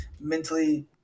mentally